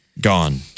gone